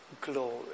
glory